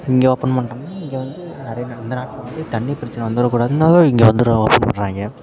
இங்கே ஓப்பன் பண்ணுறாங்க இங்கே வந்து நிறைய அந்த நாட்டில் வந்து தண்ணி பிரச்சின வந்துடக்கூடாதுங்கறதுக்காக இங்கே வந்து ஓப்பன் பண்ணுறாய்ங்க